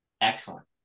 Excellent